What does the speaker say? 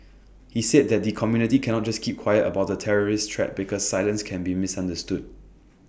he said that the community cannot just keep quiet about the terrorist threat because silence can be misunderstood